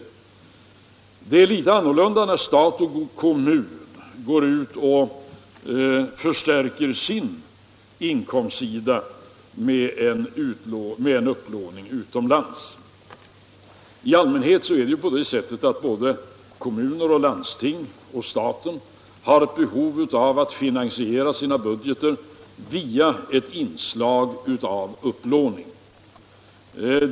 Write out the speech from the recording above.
Men det är litet annorlunda, när stat och kommun förstärker sina inkomster med upp låning utomlands. I allmänhet har såväl kommuner och landsting som staten behov av att finansiera sina budgeter via ett inslag av upplåning.